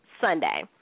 Sunday